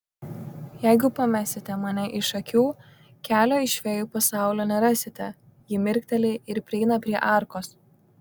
jeigu pamesite mane iš akių kelio iš fėjų pasaulio nerasite ji mirkteli ir prieina prie arkos